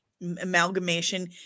amalgamation